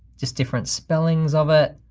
just different spellings of it.